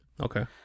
Okay